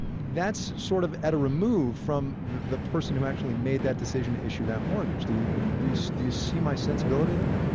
that's sort of at a remove from the person who actually made that decision to issue that mortgage. yeah do so do you see my sensibility there?